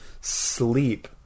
sleep